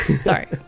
Sorry